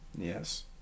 Yes